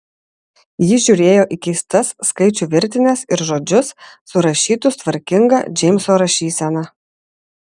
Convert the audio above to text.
ji žiūrėjo į keistas skaičių virtines ir žodžius surašytus tvarkinga džeimso rašysena